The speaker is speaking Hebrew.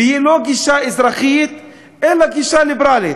ולא גישה אזרחית, אלא גישה ליברלית,